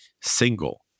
single